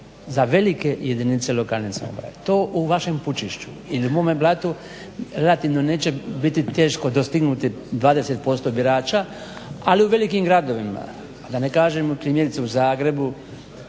za velike jedinice lokalne samouprave. To u vašem Pućišću ili mome Blatu relativno neće biti teško dostignuti 20% birača ali u velikim gradovima da ne kažem primjerice u Zagrebu,